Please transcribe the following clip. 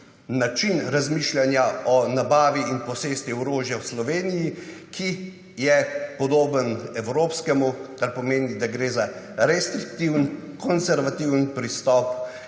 način razmišljanja o nabavi in posesti orožja v Sloveniji, ki je podoben evropskemu, kar pomeni, da gre za restriktiven, konservativni pristop,